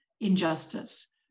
Injustice